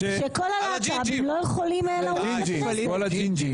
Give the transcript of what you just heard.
שכל הלהט"בים לא יכולים --- כל הג'ינג'ים.